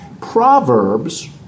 Proverbs